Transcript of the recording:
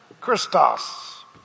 Christos